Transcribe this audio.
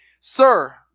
Sir